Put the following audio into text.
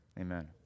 Amen